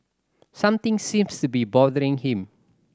something seems to be bothering him